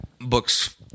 books